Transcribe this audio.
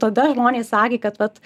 tada žmonės sakė kad vat